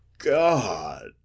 god